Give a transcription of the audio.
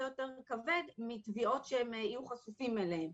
יותר כבד מתביעות שהם יהיו חשופים אליהן.